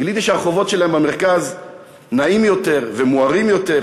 גיליתי שהרחובות שלהם במרכז נאים יותר ומוארים יותר,